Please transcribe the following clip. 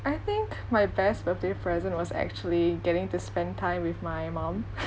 I think my best birthday present was actually getting to spend time with my mum